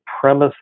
premise